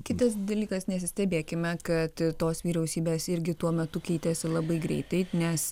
kitas dalykas nesistebėkime kad tos vyriausybės irgi tuo metu keitėsi labai greitai nes